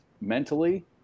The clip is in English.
mentally